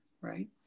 right